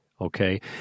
okay